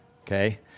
okay